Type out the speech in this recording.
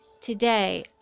today